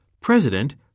President